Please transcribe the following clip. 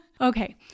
Okay